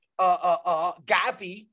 Gavi